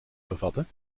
bevatten